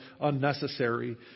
unnecessary